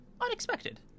unexpected